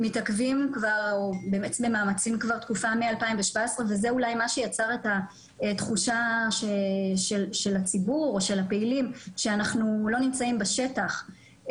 אני מבין ממך אם כן שאתה חש שמוסדות המדינה שאמורים לטפל בזה הם